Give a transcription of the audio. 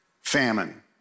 famine